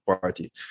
Party